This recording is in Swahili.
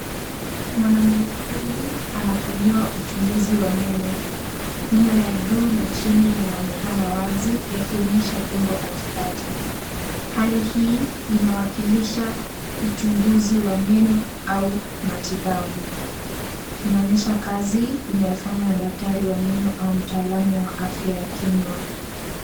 Mwanamume huyu anafanyiwa uchunguzi wa meno. Meno ya juu na chini yanaonekana wazi yakionyesha pengo katikati. Hali hii inawakilisha uchunguzi wa meno au matibabu. Inaonyesha kazi inayofanywa na daktari wa meno au mtaalamu wa afya ya kinywa.